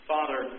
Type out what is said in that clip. Father